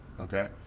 okay